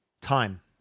Time